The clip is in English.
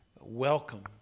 Welcome